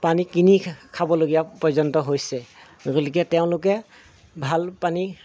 পানী কিনি খাবলগীয়া পৰ্যন্ত হৈছে গতিকে তেওঁলোকে ভাল পানী